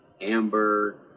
Amber